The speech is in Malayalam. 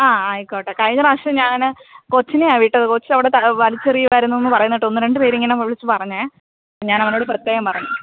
ആ ആയിക്കോട്ടെ കഴിഞ്ഞ പ്രാവശ്യം ഞാൻ കൊച്ചിനെയാണ് വിട്ടത് കൊച്ച് അവിടെ വലിച്ചെറിയുമയിരുന്നു എന്ന് പറയുന്നത് കേട്ടു ഒന്ന് രണ്ടു പേർ ഇങ്ങനെ വിളിച്ചു പറഞ്ഞത് ഞാൻ അവനോട് പ്രത്യേകം പറഞ്ഞു